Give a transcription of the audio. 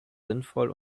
sinnvoll